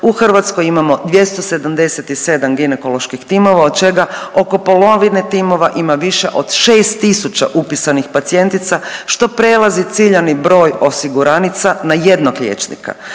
u Hrvatskoj imamo 277 ginekoloških timova od čega oko polovine timova ima više od 6.000 upisanih pacijentica što prelazi ciljani broj osiguranica na jednog liječnika.